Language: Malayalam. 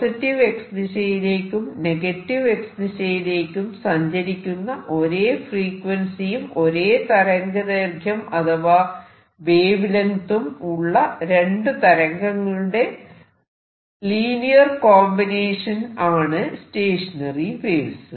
പോസിറ്റീവ് X ദിശയിലേക്കും നെഗറ്റീവ് X ദിശയിലേക്കും സഞ്ചരിക്കുന്ന ഒരേ ഫ്രീക്വൻസിയും ഒരേ തരംഗ ദൈർഘ്യം അഥവാ വേവ് ലെങ്ത് ഉം ഉള്ള രണ്ടു തരംഗങ്ങളുടെ ലീനിയർ കോമ്പിനേഷൻ ആണ് സ്റ്റേഷനറി വേവ്സ്